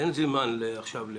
אין זמן עכשיו.